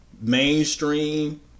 mainstream